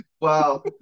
Wow